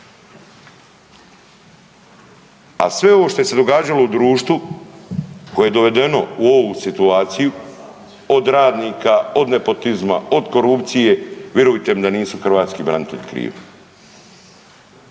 A sve ovo što je se događalo u društvu koje je dovedeno u ovu situaciju od radnika, od nepotizma, od korupcije virujte mi da nisu hrvatski branitelji krivi.